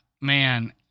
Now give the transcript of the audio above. Man